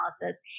analysis